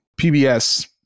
PBS